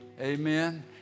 Amen